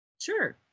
Sure